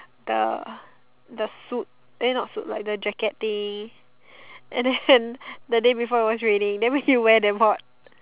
the the suit eh not suit like the jacket thing and then the day before it was raining then you wear damn hot